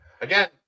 Again